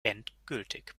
endgültig